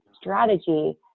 strategy